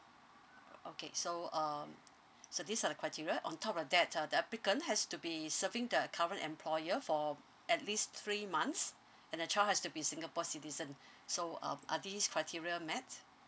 o~ okay so um so these are the criteria on top of that uh the applicant has to be serving the current employer for at least three months and the child has to be singapore citizen so um are these criteria met